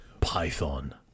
Python